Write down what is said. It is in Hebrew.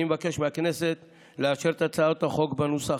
אני מבקש מהכנסת לאשר את הצעת החוק בנוסח